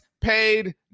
paid